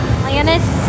planets